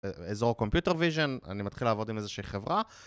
אזור computer vision, אני מתחיל לעבוד עם איזושהי חברה.